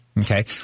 Okay